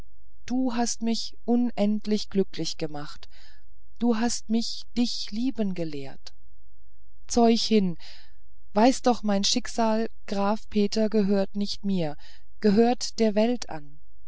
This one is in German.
du hast mich unendlich glücklich gemacht du hast mich dich lieben gelehrt zeuch hin weiß doch mein schicksal graf peter gehört nicht mir gehört der welt an